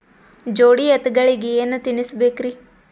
ಜೋಡಿ ಎತ್ತಗಳಿಗಿ ಏನ ತಿನಸಬೇಕ್ರಿ?